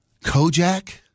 Kojak